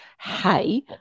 hey